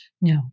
No